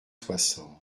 soixante